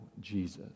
Jesus